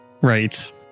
Right